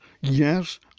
Yes